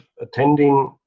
attending